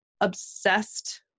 obsessed